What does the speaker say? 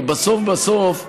ובסוף בסוף,